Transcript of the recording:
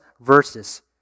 verses